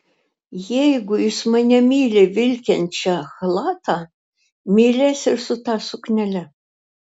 jeigu jis mane myli vilkinčią chalatą mylės ir su ta suknele